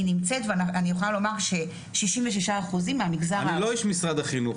היא נמצאת ואני יכולה לומר ש-66% מהמגזר --- אני לא איש משרד החינוך,